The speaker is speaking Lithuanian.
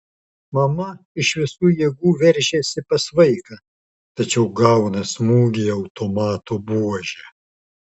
mama iš visų jėgų veržiasi pas vaiką tačiau gauna smūgį automato buože